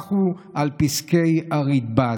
ונסמך הוא על פסקי הרדב"ז.